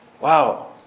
wow